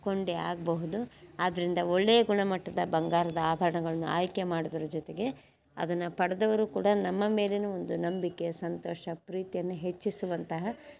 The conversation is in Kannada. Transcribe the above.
ಕೊಂಡಿ ಆಗಬಹುದು ಆದ್ದರಿಂದ ಒಳ್ಳೆಯ ಗುಣಮಟ್ಟದ ಬಂಗಾರದ ಆಭರ್ಣಗಳನ್ನ ಆಯ್ಕೆ ಮಾಡೋದ್ರ ಜೊತೆಗೆ ಅದನ್ನು ಪಡ್ದೌರು ಕೂಡ ನಮ್ಮ ಮೇಲಿನ ಒಂದು ನಂಬಿಕೆ ಸಂತೋಷ ಪ್ರೀತಿಯನ್ನು ಹೆಚ್ಚಿಸುವಂತಹ